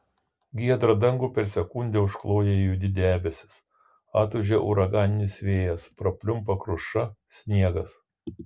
giedrą dangų per sekundę užkloja juodi debesys atūžia uraganinis vėjas prapliumpa kruša sniegas